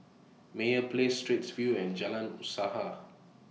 Meyer Place Straits View and Jalan Usaha